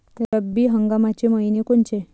रब्बी हंगामाचे मइने कोनचे?